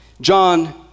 John